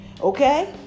Okay